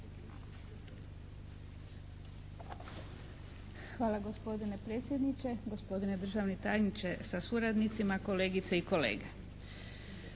Hvala gospodine predsjedniče, gospodine državni tajniče sa suradnicima, kolegice i kolege.